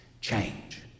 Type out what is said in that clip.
change